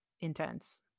intense